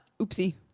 Oopsie